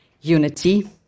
unity